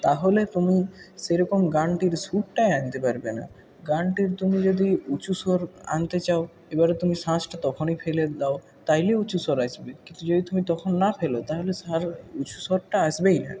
তাহলে তুমি সেরকম গানটির সুরটাই আনতে পারবে না গানটির তুমি যদি উঁচু স্বর আনতে চাও এবারে তুমি শ্বাসটা তখনই ফেলে দাও তাহলে উঁচু স্বর আসবে কিন্তু যদি তুমি তখন না ফেলো তাহলে স্বর উঁচু স্বরটা আসবেই না